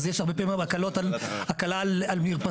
אז הרבה פעמים יש הקלה על מרפסות,